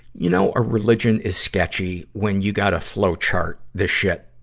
you know a religion is sketchy when you gotta flow chart the shit.